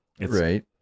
Right